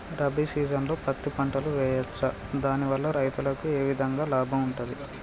రబీ సీజన్లో పత్తి పంటలు వేయచ్చా దాని వల్ల రైతులకు ఏ విధంగా లాభం ఉంటది?